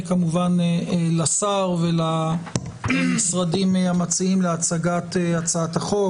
כמובן לשר ולמשרדים המציעים להצגת הצעת החוק,